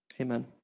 Amen